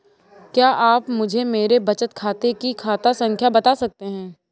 क्या आप मुझे मेरे बचत खाते की खाता संख्या बता सकते हैं?